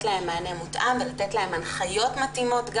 להם מענה מותאם ולתת להם הנחיות מתאימות,